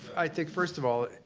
i think, first of all,